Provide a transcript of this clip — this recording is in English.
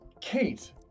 Kate